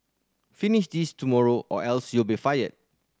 finish this tomorrow or else you'll be fired